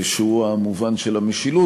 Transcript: שהוא המובן של המשילות,